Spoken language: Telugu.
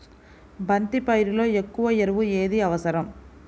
బంతి పైరులో ఎక్కువ ఎరువు ఏది అవసరం?